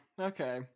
okay